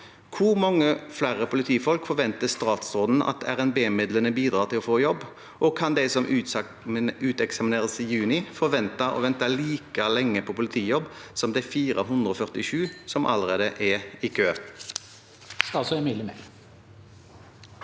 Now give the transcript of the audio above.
Hvor mange flere politifolk forventer statsråden at RNB-midlene bidrar til å få i jobb? Og kan de som uteksamineres i juni, forvente å vente like lenge på politijobb som de 447 som allerede er i kø?